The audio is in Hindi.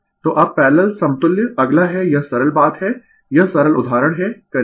तो अब पैरलल समतुल्य अगला है यह सरल बात है यह सरल उदाहरण है करेंगें